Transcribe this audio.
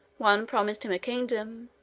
one promised him a kingdom,